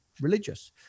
religious